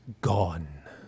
gone